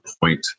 point